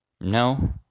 No